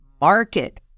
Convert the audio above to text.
market